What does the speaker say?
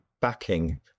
backing